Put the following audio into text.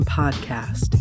podcast